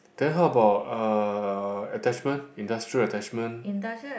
then how about uh attachment industrial attachment